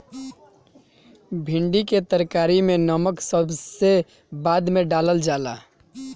भिन्डी के तरकारी में नमक सबसे बाद में डालल जाला